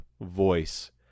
voice